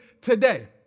today